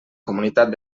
comunitat